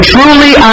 Truly